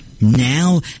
Now